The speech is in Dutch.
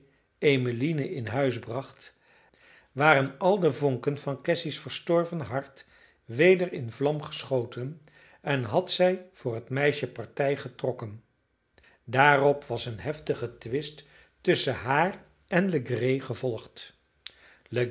emmeline in huis bracht waren al de vonken van cassy's verstorven hart weder in vlam geschoten en had zij voor het meisje partij getrokken daarop was een heftige twist tusschen haar en legree gevolgd